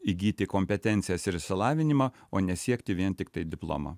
įgyti kompetencijas ir išsilavinimą o ne siekti vien tiktai diplomo